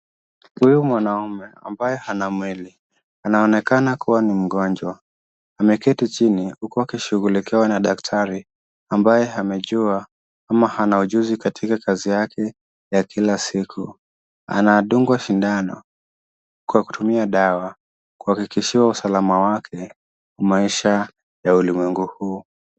Huyu mwanaume ambaye 'hana mwili' anaonekana kuwa ni mgonjwa. Ameketi chini huku akishughulikiwa na daktari ambaye amejua ama ana ujuzi katika kazi yake ya kila siku. Anadungwa sindano kwa kutumia dawa kuhakikisha usalama wake wa maisha ya ulimwengu huu.